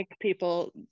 people